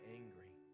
angry